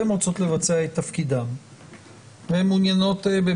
הן רוצות לבצע את תפקידן והן מעוניינות,